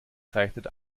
zeichnet